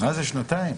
שנתיים.